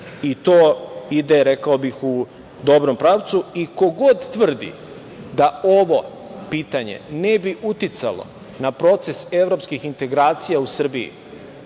i to ide, rekao bih, u dobrom pravcu. Ko god tvrdi da ovo pitanje ne bi uticalo na proces evropskih integracija u Srbiji,